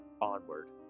onward